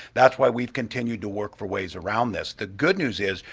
that's why we've continued to work for ways around this. the good news is,